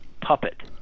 puppet